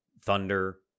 thunder